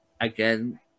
again